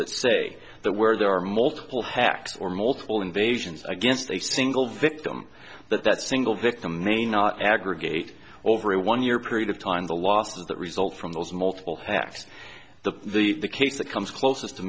that say that where there are multiple hacks or multiple invasions against a single victim but that single victim may not aggregate over a one year period of time the loss of that result from those multiple hacks the the the case that comes closest to